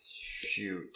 Shoot